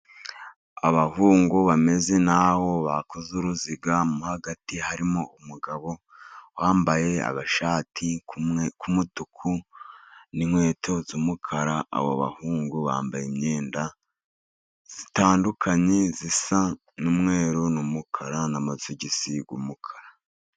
Abahungu bameze nk'aho bakoze uruziga, mo hagati harimo umugabo wambaye ishati y'umutuku n'inkweto z'umukara, abo bahungu bambaye imyenda itandukanye, isa n'umweru n'umukara n'amasogisi y'umukara.